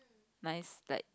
nice like